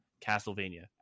Castlevania